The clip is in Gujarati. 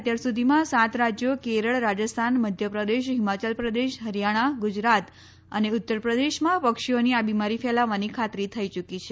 અત્યાર સુધીમાં સાત રાજ્યો કેરળ રાજસ્થાન મધ્યપ્રદેશ હિમાચલ પ્રદેશ હરિયાણા ગુજરાત અને ઉત્તર પ્રદેશમાં પક્ષીઓની આ બિમારી ફેલાવાની ખાતરી થઇ ચુકી છે